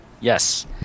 yes